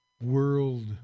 World